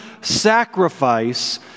sacrifice